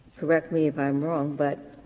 correct me if i'm wrong, but